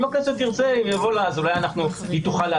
יוראי, יוראי, בועז, תודה.